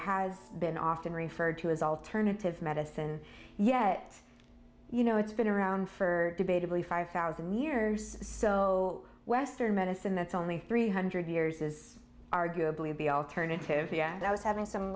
has been often referred to as alternative medicine yet you know it's been around for debatably five thousand years so western medicine that's only three hundred years is arguably be alternative yeah i was having some